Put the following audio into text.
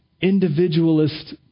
individualist